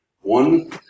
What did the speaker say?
one